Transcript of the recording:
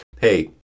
hey